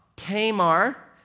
Tamar